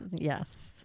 Yes